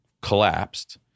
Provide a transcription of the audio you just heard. collapsed